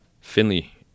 Finley